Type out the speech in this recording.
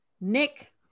Nick